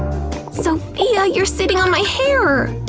sophia! you're sitting on my hair!